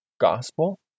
gospel